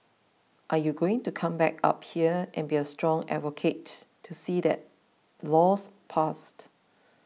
are you going to come back up here and be a strong advocate to see that law's passed